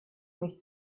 mich